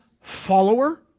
follower